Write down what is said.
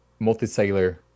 multicellular